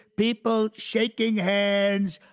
people shaking hands,